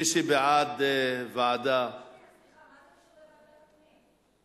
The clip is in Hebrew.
מי שבעד ועדה, סליחה, מה זה קשור לוועדת הפנים?